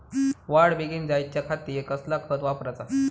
वाढ बेगीन जायच्या खातीर कसला खत वापराचा?